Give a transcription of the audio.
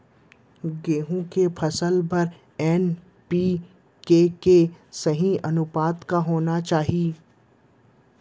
गेहूँ के फसल बर एन.पी.के के सही अनुपात का होना चाही?